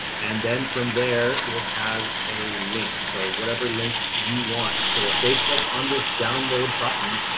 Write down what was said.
and then from there it has a link. so whatever link you want. so if they click on this download button,